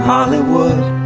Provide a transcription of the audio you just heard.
Hollywood